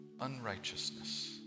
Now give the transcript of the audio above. unrighteousness